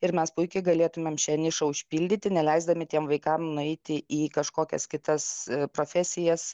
ir mes puikiai galėtumėm šią nišą užpildyti neleisdami tiem vaikam nueiti į kažkokias kitas profesijas